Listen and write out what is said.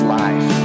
life